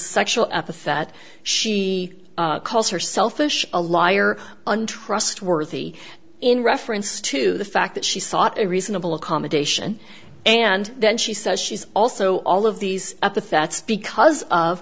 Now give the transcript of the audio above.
sexual epithet she calls herself a liar untrustworthy in reference to the fact that she sought a reasonable accommodation and then she says she's also all of these epithets because of